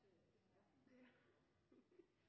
Ja,